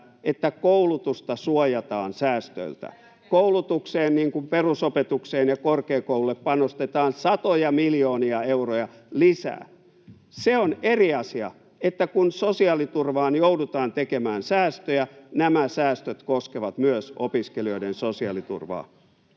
että koulutusta suojataan säästöiltä. Koulutukseen, perusopetukseen ja korkeakouluille, panostetaan satoja miljoonia euroja lisää. Se on eri asia, että kun sosiaaliturvaan joudutaan tekemään säästöjä, nämä säästöt koskevat myös opiskelijoiden sosiaaliturvaa.